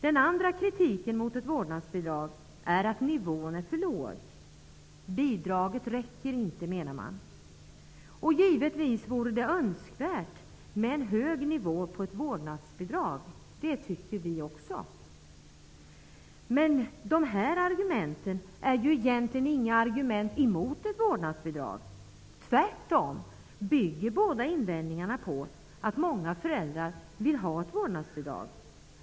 Den andra kritiken mot ett vårdnadsbidrag är att nivån är för låg. Bidraget räcker inte, menar man. Givetvis vore det önskvärt med en hög nivå på ett vårdnadsbidrag. Det anser vi också. Men dessa argument är egentligen inga argument emot ett vårdnadsbidrag. Tvärtom, båda invändningarna bygger på att många föräldrar vill ha ett vårdnadsbidrag.